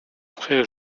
frère